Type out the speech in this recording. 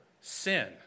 sin